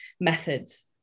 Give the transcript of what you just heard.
methods